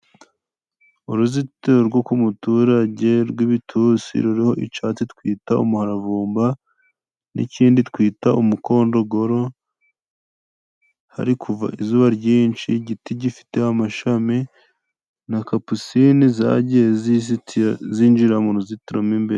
Uruzitiro rwo k'umuturage rw'ibitusi, ruriho icatsi twita umuravumba n'ikindi twita umukondogoro. Hari kuva izuba ryinshi. Igiti gifite amashami na kapusinini zagiye zinjira mu ruzitiro rw'imbere.